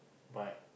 but